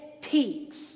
peaks